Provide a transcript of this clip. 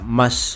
mas